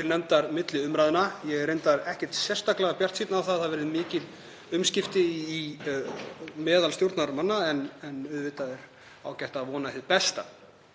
til nefndar milli umræðna. Ég er reyndar ekki sérstaklega bjartsýnn á að mikil umskipti verði meðal stjórnarþingmanna en auðvitað er ágætt að vona hið besta.